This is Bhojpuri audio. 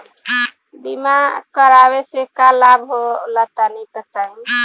बीमा करावे से का लाभ होला तनि बताई?